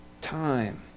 time